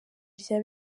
rya